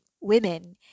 women